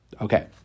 Okay